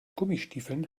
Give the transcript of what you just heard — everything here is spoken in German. gummistiefeln